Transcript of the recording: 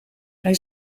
hij